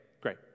Great